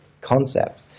concept